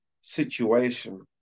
situation